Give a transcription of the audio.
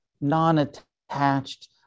non-attached